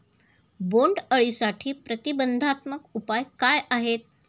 बोंडअळीसाठी प्रतिबंधात्मक उपाय काय आहेत?